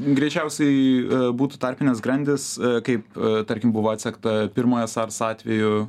greičiausiai būtų tarpinės grandys kaip tarkim buvo atsekta pirmojo sars atveju